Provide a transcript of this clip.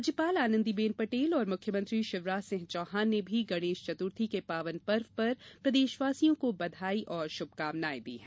राज्यपाल आनंदीबेन पटेल और मुख्यमंत्री शिवराज सिंह चौहान ने भी गणेश चतुर्थी के पावन पर्व पर प्रदेशवासियों को बधाई और शुभकामनाएँ दी हैं